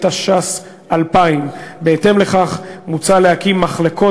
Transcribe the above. התש"ס 2000. בהתאם לכך מוצע להקים מחלקות